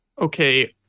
Okay